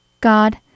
God